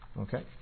Okay